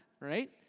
right